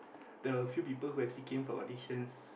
the few people who actually came for auditions